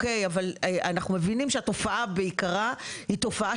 אנחנו מבינים שהתופעה בעיקרה היא תופעה